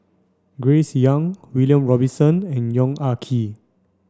Grace Young William Robinson and Yong Ah Kee